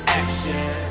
action